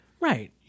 Right